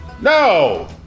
no